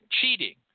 cheating